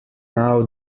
now